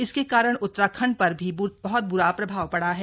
इसके कारण उत्तराखंड पर भी बह्त ब्रा प्रभाव पड़ा है